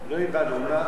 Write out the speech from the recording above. לא הבנו.